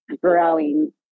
growing